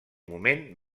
moment